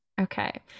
Okay